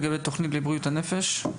לגבי התוכנית לבריאות הנפש?